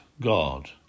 God